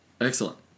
excellent